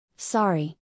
Sorry